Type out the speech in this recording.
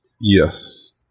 Yes